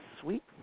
sweet